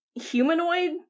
humanoid